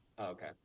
Okay